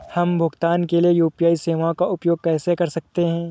हम भुगतान के लिए यू.पी.आई सेवाओं का उपयोग कैसे कर सकते हैं?